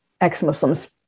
ex-Muslims